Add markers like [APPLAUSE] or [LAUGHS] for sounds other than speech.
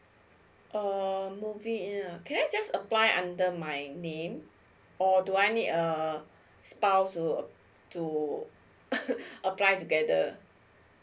err moving in eh can I just apply under my name or do I need err a spouse to uh to [LAUGHS] apply together